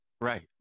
right